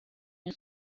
nel